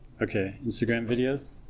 okay instagram videos